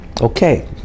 Okay